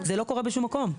זה לא קורה בשום מקום.